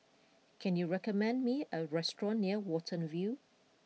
can you recommend me a restaurant near Watten View